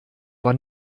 war